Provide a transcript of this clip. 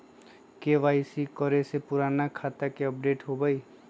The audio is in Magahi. के.वाई.सी करें से पुराने खाता के अपडेशन होवेई?